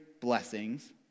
blessings